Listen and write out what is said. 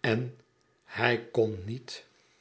en hij kon niet